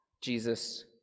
Jesus